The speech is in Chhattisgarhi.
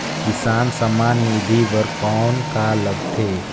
किसान सम्मान निधि बर कौन का लगथे?